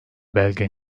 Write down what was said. belge